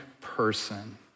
person